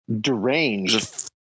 deranged